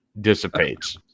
dissipates